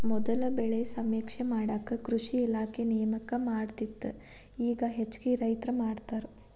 ಮೊದಲ ಬೆಳೆ ಸಮೇಕ್ಷೆ ಮಾಡಾಕ ಕೃಷಿ ಇಲಾಖೆ ನೇಮಕ ಮಾಡತ್ತಿತ್ತ ಇಗಾ ಹೆಚ್ಚಾಗಿ ರೈತ್ರ ಮಾಡತಾರ